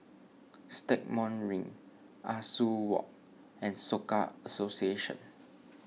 Stagmont Ring Ah Soo Walk and Soka Association